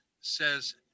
says